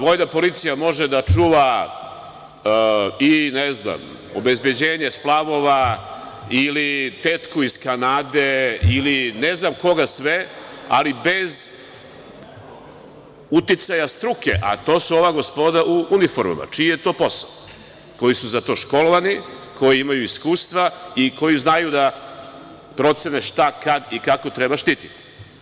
Vojna policija može da čuva i, ne znam, obezbeđenje splavova ili tetku iz Kanade ili ne znam koga sve, ali bez uticaja struke, a to su ova gospoda u uniformama čiji je to posao, koji su za to školovani, koji imaju iskustva i koji znaju da procene šta, kad i kako treba štititi.